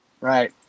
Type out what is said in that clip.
Right